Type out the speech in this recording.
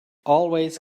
always